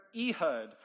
Ehud